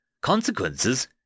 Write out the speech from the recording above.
Consequences